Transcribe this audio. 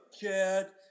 Chad